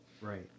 Right